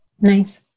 Nice